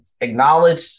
acknowledge